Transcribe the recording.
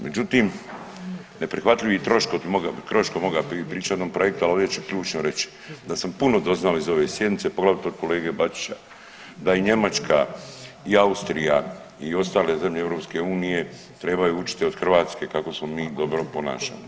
Međutim, neprihvatljivi troškovi, o tome bi mogao pričati o jednom projektu, ali ovdje ću ključno reći, da sam puno doznao iz ove sjednice, poglavito od kolege Bačića, da i Njemačka i Austrija i ostale zemlje EU trebaju učiti od Hrvatske kako se mi dobro ponašamo.